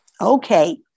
Okay